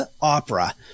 Opera